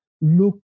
look